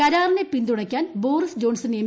കരാറിനെ പിന്തുണയ്ക്കാൻ Boris Johnson M